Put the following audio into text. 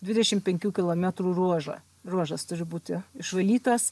dvidešim penkių kilometrų ruožą ruožas turi būti išvalytas